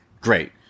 great